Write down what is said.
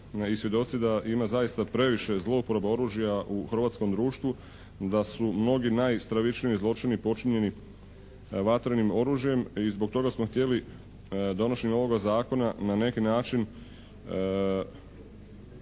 i svjedoci da ima zaista previše zlouporaba oružja u hrvatskom društvu, da su mnogi najstravičniji zločini počinjeni vatrenim oružjem i zbog toga smo htjeli donošenjem ovoga zakona na neki način